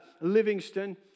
Livingston